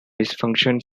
dysfunction